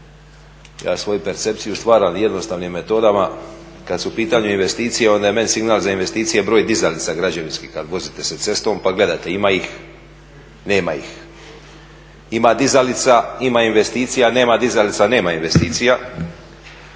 ja svoju percepciju stvaram jednostavnim metodama. Kad su u pitanju investicije onda je meni signal za investicije broj dizalica građevinskih, ali vozite se cestom pa gledate ima ih, nema ih, ima dizalica, ima investicija ili nema dizalica, nema investicija.